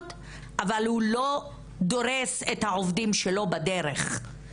אבל הוא לא דורס את העובדים שלו בדרך.